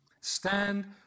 Stand